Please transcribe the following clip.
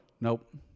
nope